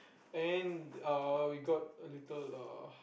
and uh we got a little uh